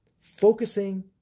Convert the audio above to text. Focusing